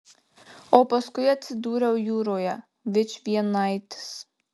o paskui atsidūriau jūroje vičvienaitis